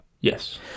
Yes